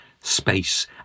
space